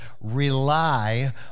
rely